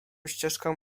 ścieżkę